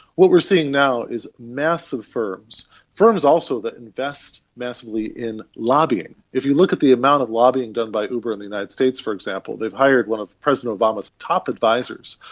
what we are seeing now is massive firms, firms also that invest massively in lobbying. if you look at the amount of lobbying done by uber in the united states, for example, they've hired one of president obama's top advisers.